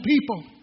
people